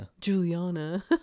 Juliana